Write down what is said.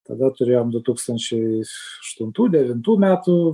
tada turėjom du tūkstančiai aštuntų devintų metų